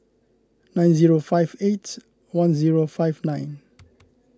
nine zero five eight one zero five nine